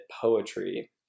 poetry